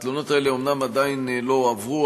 התלונות האלה אומנם עדיין לא הועברו,